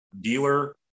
dealer